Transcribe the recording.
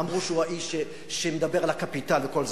אמרו שהוא האיש שמדבר על הקפיטל וכל זה,